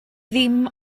dim